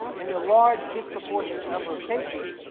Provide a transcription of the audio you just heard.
in the large disproportionate number of cases,